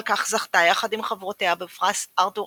על כך זכתה יחד עם חברותיה בפרס ארתור